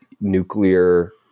nuclear